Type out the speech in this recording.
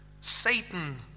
Satan